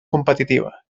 competitiva